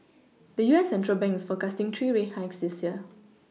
the U S central bank is forecasting three rate hikes this year